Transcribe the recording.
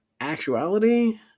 actuality